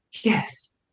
yes